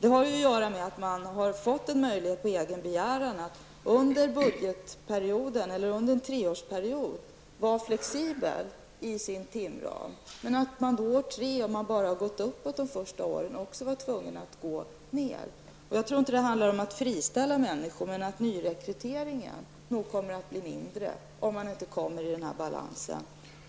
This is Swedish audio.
Detta har att göra med att man fått en möjlighet att på egen begäran under budgetperioden, eller under en treårsperiod, vara flexibel i sin timram. Men om man bara gått uppåt de första åren måste man också vara tvungen att gå ner. Jag tror inte att det handlar om att friställa människor, men nyrekryteringen kommer nog att bli mindre om man inte uppnår den här balansen.